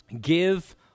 give